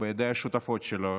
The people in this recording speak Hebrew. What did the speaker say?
בידי השותפות שלו.